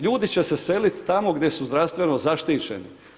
Ljudi će se selit tamo gdje su zdravstveno zaštićeni.